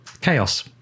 Chaos